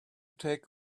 take